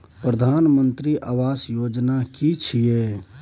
प्रधानमंत्री आवास योजना कि छिए?